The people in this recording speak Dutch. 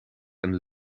een